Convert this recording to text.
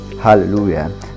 hallelujah